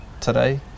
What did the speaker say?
today